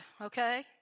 Okay